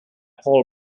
paul